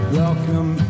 welcome